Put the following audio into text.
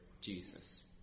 Jesus